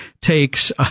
takes